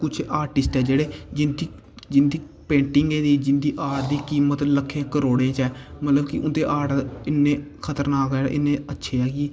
कुछ आर्टिस्ट ऐ जेह्ड़े जिंदी पेंटिंग दी जिंदी आर्ट दी कीमत लक्खें करोड़ें च ऐ मतलब की उंदे आर्ट इन्ने खतरनाक ऐ इन्ने अच्छे ऐ की